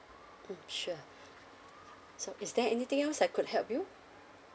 mm sure so is there anything else I could help you